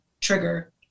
trigger